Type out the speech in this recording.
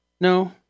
No